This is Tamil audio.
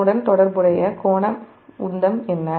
அதனுடன் தொடர்புடைய கோண உந்தம் என்ன